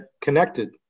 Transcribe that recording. connected